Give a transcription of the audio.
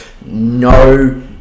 no